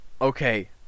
okay